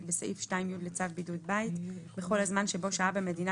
בסעיף 2(י) לצו בידוד בית - בכל הזמן שבו שהה במדינה